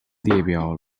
列表